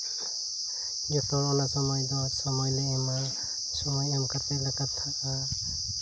ᱡᱚᱛᱚ ᱚᱱᱟ ᱥᱚᱢᱚᱭ ᱫᱚ ᱥᱚᱢᱚᱭᱞᱮ ᱮᱢᱟ ᱥᱚᱢᱚᱢ ᱮᱢ ᱠᱟᱛᱮ ᱞᱮ ᱠᱟᱛᱷᱟᱜᱼᱟ